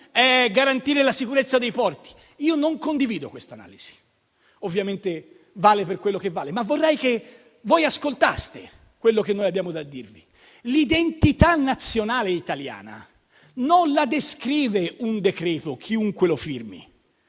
e garantire la sicurezza dei porti. Io non condivido questa analisi. Ovviamente, vale quello che vale, ma vorrei che ascoltaste quello che abbiamo da dirvi. L'identità nazionale italiana non la descrive un decreto, chiunque lo firmi.